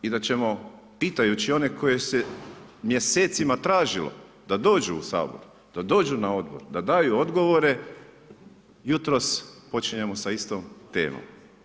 I da ćemo pitajući one koje se mjesecima tražilo da dođu u Sabor, da dođu na odbor, da daju odgovore, jutros počinjemo sa istom temom.